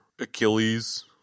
Achilles